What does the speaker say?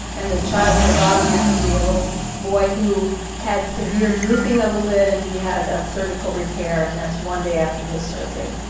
and the child on the bottom happens to be a little boy who had severe drooping of the lid and he had a surgical repair and that's one day after his surgery.